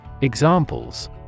Examples